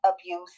abuse